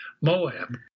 Moab